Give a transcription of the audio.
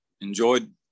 enjoyed